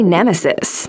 Nemesis